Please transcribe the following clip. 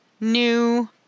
new